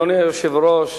אדוני היושב-ראש,